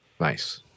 Nice